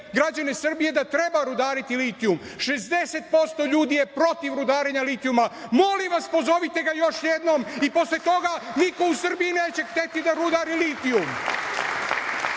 građane Srbije da treba rudariti litijumom 60% ljudi je protiv rudarenja litijuma. Molim vas pozovite ga još jednom i posle toga niko u Srbiji neće hteti da rudari litijum. Uzeli